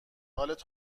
حالت